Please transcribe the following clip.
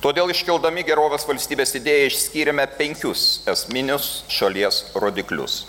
todėl iškeldami gerovės valstybės idėją išskyrėme penkius esminius šalies rodiklius